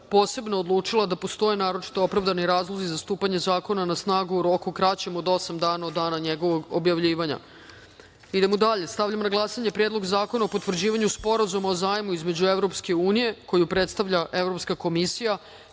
posebno odlučila da postoje naročito opravdani razlozi za stupanje zakona na snagu u roku kraćem od osam dana od dana njegovog objavljivanja. Stavljam na glasanje Predlog zakona o potvrđivanju Sporazuma o zajmu između Evropske unije koju predstavlja Evropska komisija